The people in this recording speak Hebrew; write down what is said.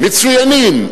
מצוינים,